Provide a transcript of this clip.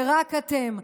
זה רק אתם,